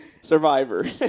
Survivor